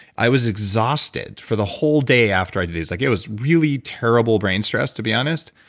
i was exhausted for the whole day after i did these. like it was really terrible brain stress, to be honest,